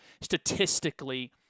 statistically